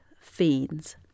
Fiends